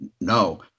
no